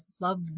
love